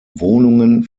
wohnungen